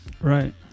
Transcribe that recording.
Right